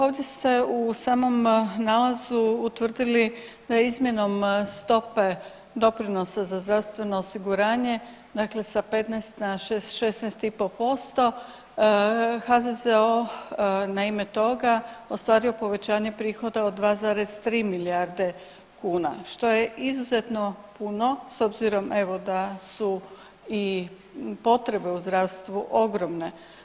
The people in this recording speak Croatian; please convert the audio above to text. Ovdje se u samom nalazu utvrdili da izmjenom stope doprinosa za zdravstveno osiguranje, dakle sa 15 na 16 i pol posto HZZO na ime toga ostvario povećanje prihoda od 2,3 milijarde kuna što je izuzetno puno s obzirom evo da su i potrebe u zdravstvu ogromne.